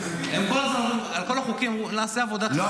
בכל ההצעות שהם ניסו לטרפד לי,